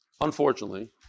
unfortunately